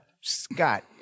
Scott